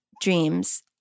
dreams